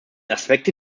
aspekte